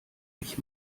mich